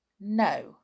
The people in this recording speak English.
No